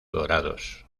dorados